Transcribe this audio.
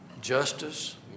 justice